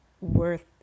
worth